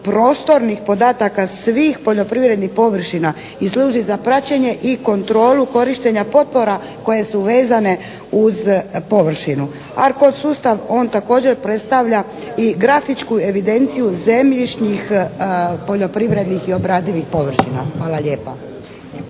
prostornih podataka svih poljoprivrednih površina i služi za praćenje i kontrolu korištenja potpora koje su vezane uz površinu. Arcod sustav također predstavlja i grafičku evidenciju zemljišnih poljoprivrednih i obradivih površina. **Šeks,